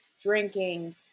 drinking